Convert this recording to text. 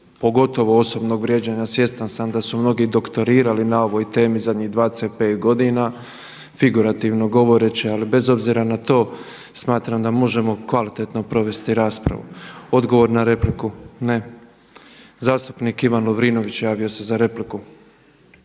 pogotovo osobnog vrijeđanja. Svjestan sam da su mnogi doktorirali na ovoj temi zadnjih 25 godina, figurativno govoreći ali bez obzira na to smatram da možemo kvalitetno provesti raspravu. Odgovor na repliku? Ne. Zastupnik Ivan Lovrinović, javio se za repliku.